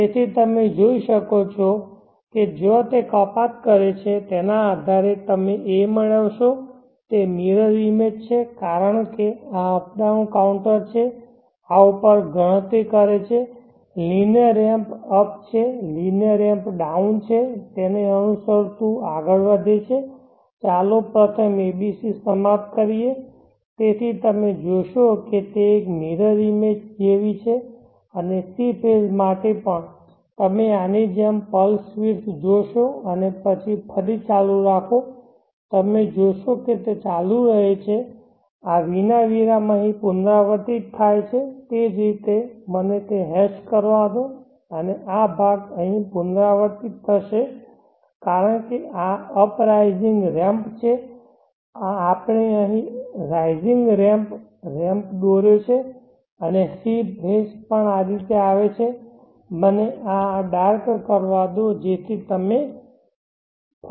તેથી તમે જોઈ શકો છો કે જ્યાં તે કપાત કરે છે તેના આધારે તમે a મેળવશો તે મિરર ઇમેજ છે કારણ કે આ અપ ડાઉન કાઉન્ટર છે આ ઉપર ગણતરી કરે છે લિનિયર રેમ્પ અપ છે લિનિયર રેમ્પ ડાઉન છે તેને અનુસરતું આગળ વધે છે ચાલો પ્રથમ a b c સમાપ્ત કરીએ જેથી તમે જોશો કે તે એક મિરર ઇમેજ જેવી છે અને c ફેઝ માટે પણ તમે આની જેમ પલ્સ વીડ્થ જોશો અને પછી ફરી ચાલુ રાખો તમે જોશો કે તે ચાલુ રહે છે આ વિના વિરામ અહીં પુનરાવર્તિત થાય છે તે જ રીતે મને તે હેશ કરવા દો અને આ ભાગ અહીં પુનરાવર્તિત થશે કારણ કે આ અપ રાઇઝિંગરેમ્પ પણ છે આપણે અહીં રાઇઝિંગરેમ્પ રેમ્પ દોર્યો છે અને c ફેઝ પણ આ રીતે આવે છે મને આને ડાર્ક કરવા દો જેથી તમે કોઈ ફરક કરી શકો